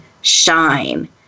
shine